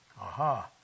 Aha